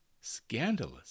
scandalous